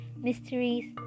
mysteries